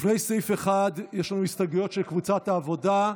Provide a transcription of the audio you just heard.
לפני סעיף 1 יש לנו הסתייגויות של קבוצת סיעת העבודה.